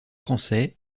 français